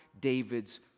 David's